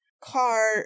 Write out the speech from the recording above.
car